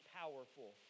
powerful